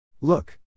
Look